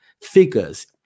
figures